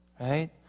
right